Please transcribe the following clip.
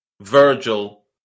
Virgil